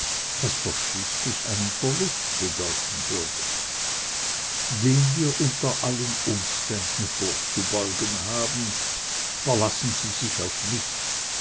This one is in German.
was doch schließlich einen verlust bedeuten würde dem wir unter allen umständen vorzubeugen haben verlassen sie sich auf mich